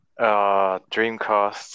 Dreamcast